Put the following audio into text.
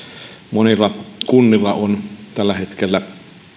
monilla kunnilla on tällä hetkellä